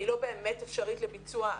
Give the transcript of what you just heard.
היא לא באמת אפשרית לביצוע.